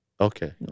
Okay